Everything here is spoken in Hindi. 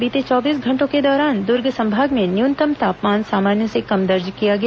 बीते चौबीस घंटों के दौरान दुर्ग संभाग में न्यूनतम तापमान सामान्य से कम दर्ज किया गया